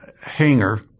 hangar